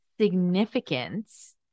significance